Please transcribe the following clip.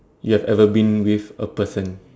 you have ever been with a person